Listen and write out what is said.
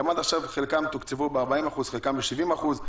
בנוסף, עד עכשיו חלקם תוקצבו ב-40%, חלקם ב-70%.